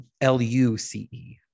l-u-c-e